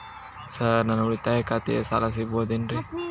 Sir ನನ್ನ ಉಳಿತಾಯ ಖಾತೆಯ ಸಾಲ ಸಿಗಬಹುದೇನ್ರಿ?